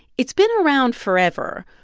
it's been around forever,